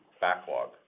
backlog